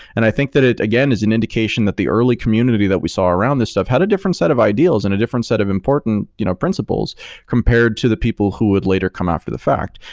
and i think that it, again, is an indication that the early community that we saw around this stuff had a different set of ideals and a different set of important you know principles compared to the people who would later come after the fact.